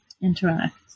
interact